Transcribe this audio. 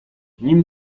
nim